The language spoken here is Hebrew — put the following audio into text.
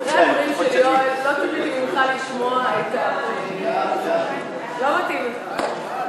אחרי הדברים של יואל לא ציפיתי ממך לשמוע לא מתאים לך.